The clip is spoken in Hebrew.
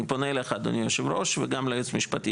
אני פונה אליך אדוני היושב ראש וגם ליועץ המשפטי,